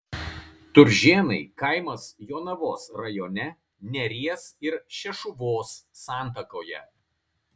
turžėnai kaimas jonavos rajone neries ir šešuvos santakoje